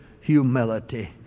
humility